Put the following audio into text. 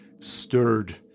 stirred